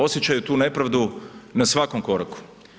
Osjećaju tu nepravdu na svakom koraku.